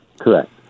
Correct